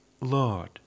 Lord